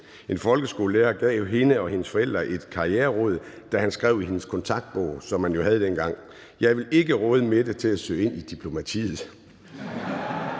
En folkeskolelærer gav hende og hendes forældre et karriereråd, da han skrev i hendes kontaktbog, som man jo havde dengang: Jeg vil ikke råde Mette til at søge ind i diplomatiet.